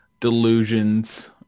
delusions